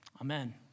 Amen